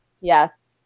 yes